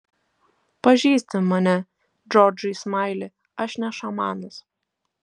pažįsti mane džordžai smaili aš ne šamanas